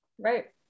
Right